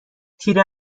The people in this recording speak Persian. تیر